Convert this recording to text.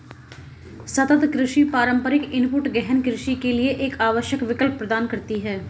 सतत कृषि पारंपरिक इनपुट गहन कृषि के लिए एक आवश्यक विकल्प प्रदान करती है